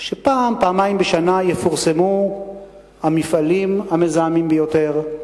שפעם-פעמיים בשנה יפורסם מי המפעלים המזהמים ביותר,